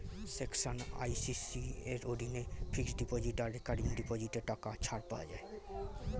section আশি C এর অধীনে ফিক্সড ডিপোজিট আর রেকারিং ডিপোজিটে টাকা ছাড় পাওয়া যায়